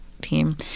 team